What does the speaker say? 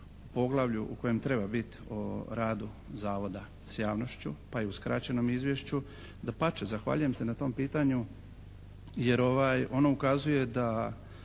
u poglavlju u kojem treba biti o radu Zavoda s javnošću pa i u skraćenom izvješću. Dapače, zahvaljujem se na tom pitanju jer ono ukazuje da